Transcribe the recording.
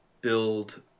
build